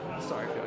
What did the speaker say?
Sorry